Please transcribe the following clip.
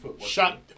shot